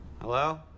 Hello